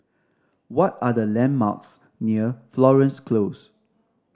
what are the landmarks near Florence Close